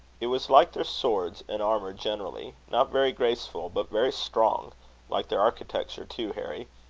it was like their swords and armour generally, not very graceful, but very strong like their architecture too, harry.